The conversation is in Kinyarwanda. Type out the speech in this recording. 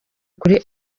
kuri